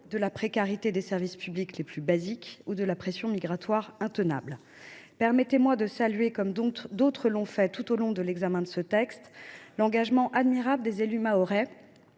de la précarité des services publics les plus fondamentaux ou de la pression migratoire intenable. Permettez moi de saluer, comme d’autres l’ont fait tout au long de l’examen de ce texte, l’engagement admirable des élus mahorais,